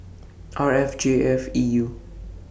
R F J five E U